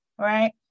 right